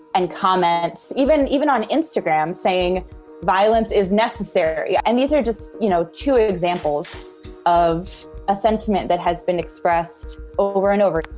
and comments, even and even on instagram, saying violence is necessary. yeah and these are just you know two ah examples of a sentiment that has been expressed over and over